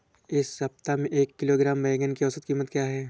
इस सप्ताह में एक किलोग्राम बैंगन की औसत क़ीमत क्या है?